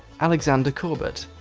alexander corbett,